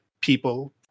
people